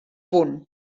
punt